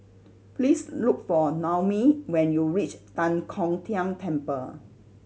please look for Noemi when you reach Tan Kong Tian Temple